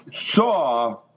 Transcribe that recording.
saw